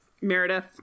Meredith